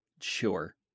sure